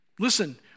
Listen